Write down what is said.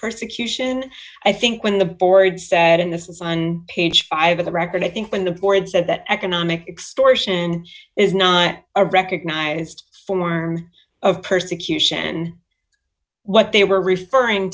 persecution i think when the board sat in this is on page five of the record i think when the board said that economic extortion is not a recognized for of persecution what they were referring